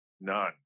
None